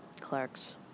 Clarks